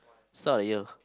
he's not like you